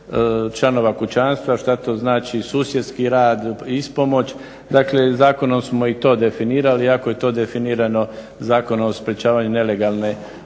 članova kućanstva, šta to znači susjedski rad i ispomoć. Dakle zakonom smo i to definirali, iako je to definirano Zakonom o sprečavanju nelegalne